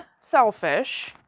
selfish